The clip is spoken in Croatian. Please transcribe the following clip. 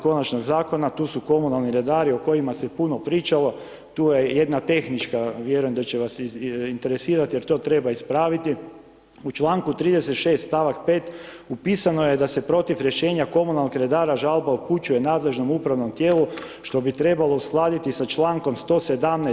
Konačnog zakona, tu su komunalni redari o kojima se puno pričalo, tu je jedna tehnička, vjerujem da će vas interesirati, jer to treba ispraviti, u članku 36. stavak 5. upisano je da se protiv rješenja komunalnog redara žalba upućuje nadležnom upravnom tijelu, što bi trebalo uskladiti sa člankom 117.